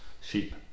sheep